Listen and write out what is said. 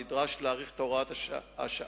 נדרש להאריך את הוראת השעה